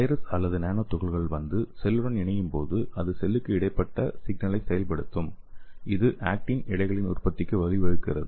virus அல்லது nano துகள்கள் வந்து செல்லுடன் இணையும்போது அது செல்லுக்கு இடைப்பட்ட சிக்னலை செயல்படுத்தும் இது ஆக்டின் இழைகளின் உற்பத்திக்கு வழிவகுக்கிறது